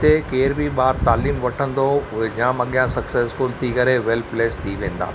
हिते केर बि ॿार तालीम वठंदो उहे जाम अॻियां सक्सेसफुल थी करे वेल प्लेस थी वेंदा